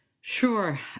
Sure